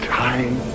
time